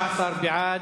16 בעד,